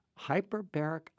hyperbaric